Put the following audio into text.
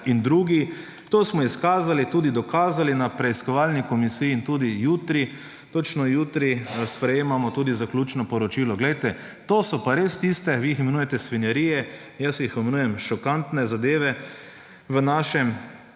in drugi. To smo izkazali in tudi dokazali na preiskovalni komisiji in tudi jutri, točno jutri, sprejemamo tudi zaključno poročilo. Glejte, to so pa res tiste, vi jih imenujete svinjarije, jaz jih imenujem šokantne zadeve v našem